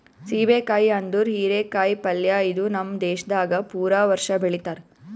ಸೀಬೆ ಕಾಯಿ ಅಂದುರ್ ಹೀರಿ ಕಾಯಿ ಪಲ್ಯ ಇದು ನಮ್ ದೇಶದಾಗ್ ಪೂರಾ ವರ್ಷ ಬೆಳಿತಾರ್